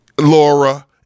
Laura